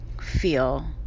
feel